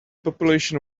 population